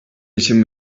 için